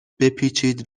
بپیچید